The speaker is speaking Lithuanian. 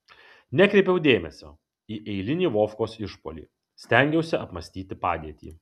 nekreipiau dėmesio į eilinį vovkos išpuolį stengiausi apmąstyti padėtį